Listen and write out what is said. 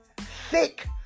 thick